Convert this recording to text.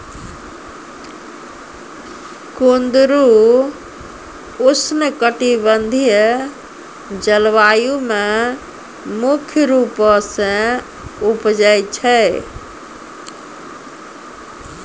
कुंदरु उष्णकटिबंधिय जलवायु मे मुख्य रूपो से उपजै छै